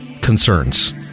concerns